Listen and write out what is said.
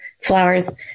flowers